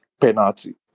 penalty